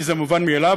כי זה מובן מאליו,